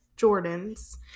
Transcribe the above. Jordans